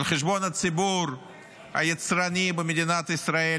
על חשבון הציבור היצרני במדינת ישראל,